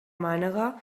mànega